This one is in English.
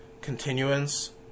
continuance